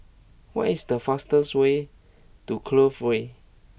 what is the fastest way to Clover Way